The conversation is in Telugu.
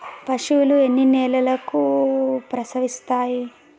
పశువులు ఎన్ని నెలలకు ప్రసవిస్తాయి?